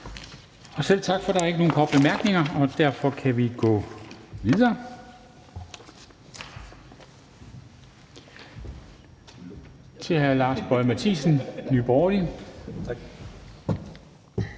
Selv tak. Der er ikke nogen korte bemærkninger, og derfor kan vi gå videre til hr. Lars Boje Mathiesen, Nye Borgerlige.